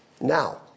Now